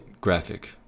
graphic